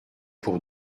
pour